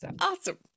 Awesome